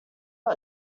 got